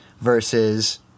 versus